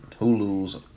Hulu's